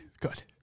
good